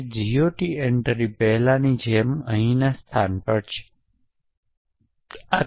તેથી તે પછી 0 અને 1 સે ઓળખવામાં સમર્થ હશે